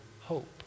hope